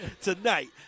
tonight